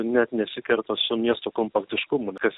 net nesikerta su miesto kompaktiškumu kas